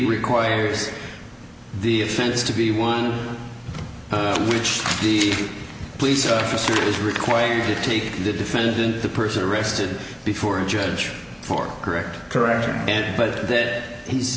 requires the offense to be one which the police officer is required to take the defendant the person arrested before a judge for correct correction but that he's